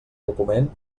document